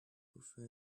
often